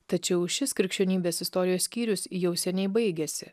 tačiau šis krikščionybės istorijos skyrius jau seniai baigėsi